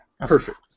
Perfect